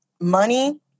money